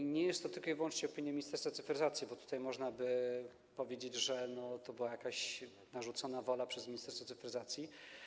I nie jest to tylko i wyłącznie opinia Ministerstwa Cyfryzacji, bo inaczej można by powiedzieć, że to była jakaś wola narzucona przez Ministerstwo Cyfryzacji.